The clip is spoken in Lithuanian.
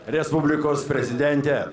respublikos prezidente